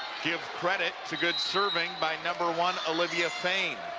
give credit to good serving by number one olivia fain,